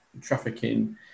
trafficking